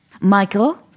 Michael